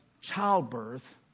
childbirth